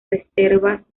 reservas